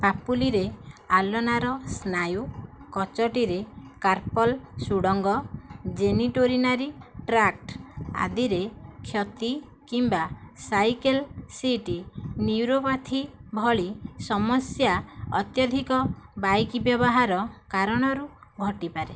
ପାପୁଲିରେ ulnar ସ୍ନାୟୁ କଚଟିରେ carpal ସୁଡ଼ଙ୍ଗ ଜେନିଟୋରିନାରୀ ଟ୍ରାକ୍ଟ ଆଦିରେ କ୍ଷତି କିମ୍ବା ସାଇକେଲ୍ ସିଟ୍ ନ୍ୟୁରୋପାଥି ଭଳି ସମସ୍ୟା ଅତ୍ୟଧିକ ବାଇକ୍ ବ୍ୟବହାର କାରଣରୁ ଘଟିପାରେ